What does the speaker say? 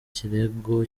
kirego